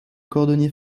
cordonnier